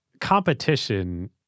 Competition